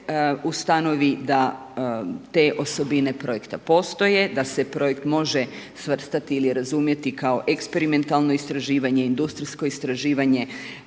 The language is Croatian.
ustanovi da te osobine projekta postoje, da se projekt može svrstati ili razumjeti kao eksperimentalno istraživanje, industrijsko istraživanje,